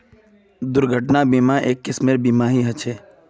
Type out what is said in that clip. दुर्घटना बीमा, एक किस्मेर बीमा ही ह छे